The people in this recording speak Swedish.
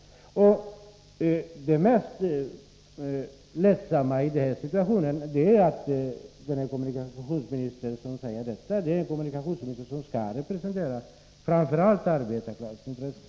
Det mest ledsamma i det här är att den kommunikationsminister som säger detta är en kommunikationsminister som skall representera framför allt arbetarklassens intressen.